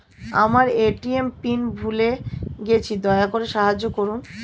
আমার এ.টি.এম এর পিন ভুলে গেছি, দয়া করে সাহায্য করুন